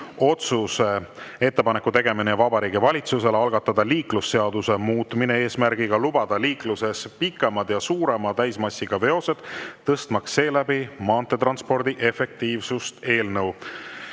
otsuse "Ettepaneku tegemine Vabariigi Valitsusele algatada Liiklusseaduse muutmine eesmärgiga lubada liikluses pikemad ja suurema täismassiga veosed, tõstmaks seeläbi maanteetranspordi efektiivsust" eelnõu